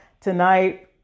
tonight